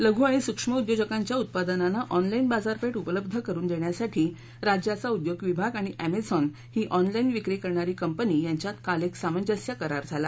लघू आणि सूक्ष्म उद्योजकांच्या उत्पादनांना ऑनलाईन बाजारपेठ उपलब्ध करुन देण्यासाठी राज्याचा उद्योग विभाग आणि एमेझॉन ही ऑनलाईन विक्री करणारी कंपनी यांच्यात काल एक सामंजस्य करार झाला